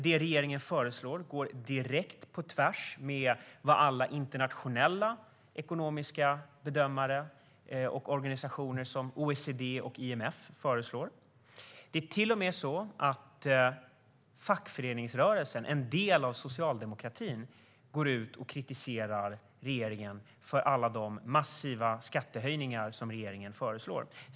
Det regeringen föreslår går direkt på tvärs med vad alla internationella ekonomiska bedömare och organisationer som OECD och IMF föreslår. Det är till och med så att fackföreningsrörelsen, en del av socialdemokratin, går ut och kritiserar regeringen för alla de massiva skattehöjningar som regeringen föreslår.